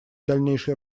дальнейшей